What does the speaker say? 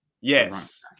Yes